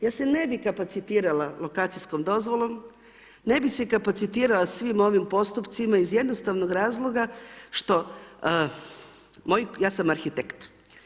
Ja se ne bi kapacitirana lokacijskom dozvolom, ne bi se kapacitirana svim ovim postupcima, iz jednostavnog razloga, što, ja sam arhitekt.